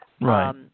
Right